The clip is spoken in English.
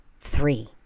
Three